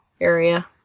area